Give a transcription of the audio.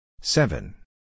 seven